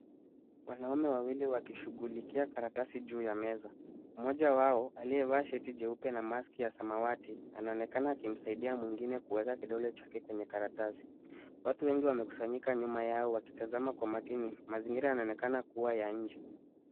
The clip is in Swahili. Wanaume wawili wakishughulikia karatasi juu ya meza. Mmoja wao aliyevaa shati jeupe na maski ya samawati, anaonekana akimsaidia mwingine kuweka kidole chake kwenye karatasi. Watu wengi wamekusanyika nyuma yao wakitazama kwa makini. Mazingira yanaonekana kuwa ya nje.